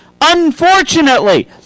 Unfortunately